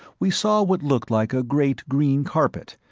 we saw what looked like a great green carpet,